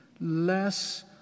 less